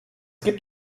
gibt